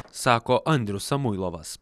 sako andrius samuilovas